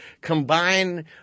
combine